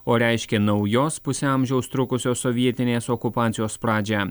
o reiškė naujos pusę amžiaus trukusios sovietinės okupacijos pradžią